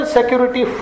Security